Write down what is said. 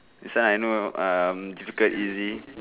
this one I know um difficult easy